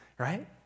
right